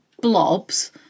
blobs